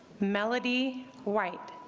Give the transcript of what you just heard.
melody right.